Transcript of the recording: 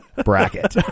bracket